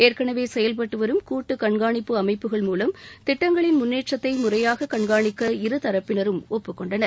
ஏற்கெனவே செயல்பட்டு வரும் கூட்டு கண்காணிப்பு அமைப்புகள் மூவம் திட்டங்களின் முன்னேற்றத்தை முறையாக கண்காணிக்க இருதரப்பினரும் ஒப்புக்கொண்டனர்